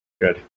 Good